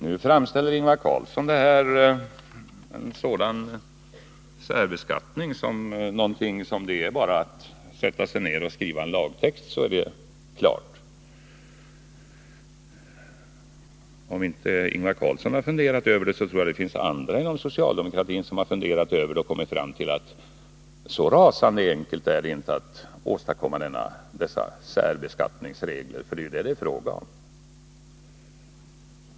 Nu framställer Ingvar Carlsson denna fråga som om en särbeskattning skulle kunna åstadkommas genom att man bara sätter sig ned och skriver en lagtext. Även om Ingvar Carlsson inte funderat över detta tror jag att det finns andra inom socialdemokratin som gjort det och kommit fram till att det 1 inte är så rasande enkelt att åstadkomma dessa särbeskattningsregler — för det är ju det saken gäller.